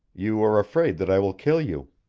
you are afraid that i will kill you.